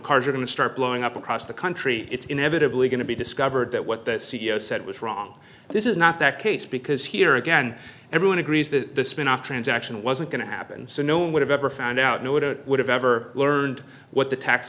cars are going to start blowing up across the country it's inevitably going to be discovered that what the c e o said was wrong this is not that case because here again everyone agrees the spin off transaction wasn't going to happen so no one would have ever found out no it would have ever learned what the tax